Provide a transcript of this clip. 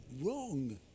wrong